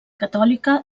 catòlica